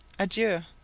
adieu.